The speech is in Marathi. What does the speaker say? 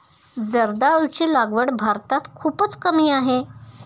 जर्दाळूची लागवड भारतात खूपच कमी आहे